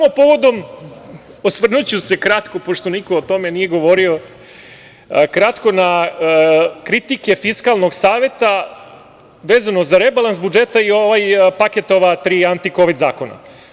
Osvrnuću se kratko pošto niko o tome nije govorio na kritike Fiskalnog saveta vezano za rebalans budžeta i paket ova tri aktikovid zakona.